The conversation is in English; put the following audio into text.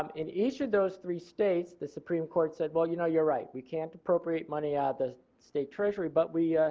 um in each of those three states the supreme court said well you know you are right we cannot procreate money out of the straight treasury but we,